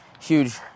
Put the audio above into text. huge